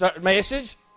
message